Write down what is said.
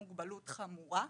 מוגבלות חמורה,